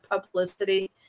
publicity